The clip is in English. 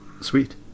Sweet